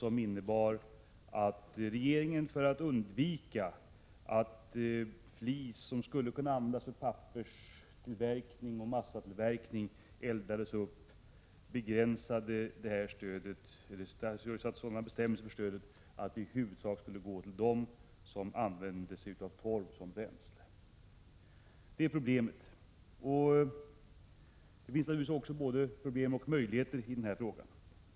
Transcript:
Det innebar att regeringen, för att undvika att flis som skulle kunna användas för pappersoch massatillverkning eldades upp, utformade bestämmelserna så att stödet i huvudsak skulle gå till dem som använde torv som bränsle. Det finns naturligtvis både problem och möjligheter i denna fråga.